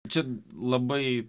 čia labai